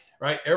right